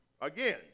Again